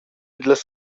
dallas